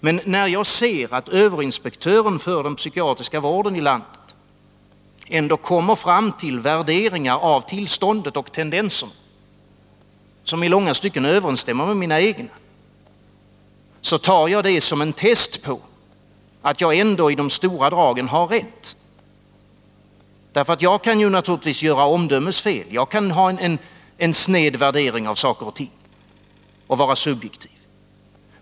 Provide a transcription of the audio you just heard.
Men när jag ser att överinspektören för den psykiatriska vården i landet ändå kommer fram till värderingar av tillståndet och tendenserna som i långa stycken stämmer överens med mina egna, tar jag det som en test på att jag ändå i de stora dragen har rätt. Jag kan naturligtvis göra omdömesfel, jag kan ha en sned värdering av saker och ting, och jag kan vara subjektiv.